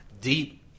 deep